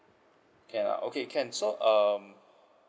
can ah okay can so um